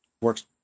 works